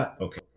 Okay